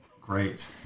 Great